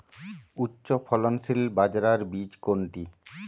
উচ্চফলনশীল বাজরার বীজ কোনটি?